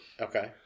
Okay